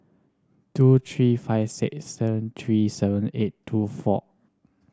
two three five six seven three seven eight two four